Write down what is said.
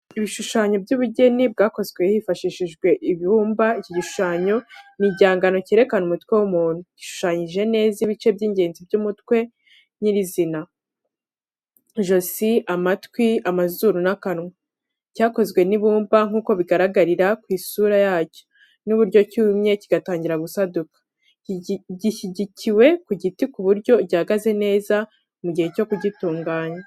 Ibishushanyo by’ubugeni bwakozwe hifashishijwe ibumba Iki gishushanyo ni igihangano cyerekana umutwe w’umuntu gishushanyije neza ibice by’ingenzi by’umutwe umutwe nyir’izina, ijosi, amatwi, amazuru, n’akanwa. Cyakozwe n’ibumba nk'uko bigaragarira ku isura yacyo n’uburyo cyumye kigatangira gusaduka. Gishyigikiwe ku giti ku buryo gihagaze neza mu gihe cyo kugitunganya.